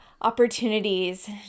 opportunities